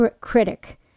critic